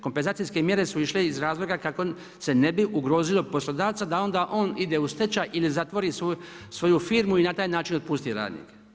Kompenzacijske mjere su išle iz razloga kako se ne bi ugrozilo poslodavca da onda on ide u stečaj ili zatvori svoju firmu i na taj način otpusti radnike.